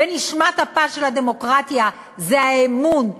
ונשמת אפה של הדמוקרטיה זה האמון,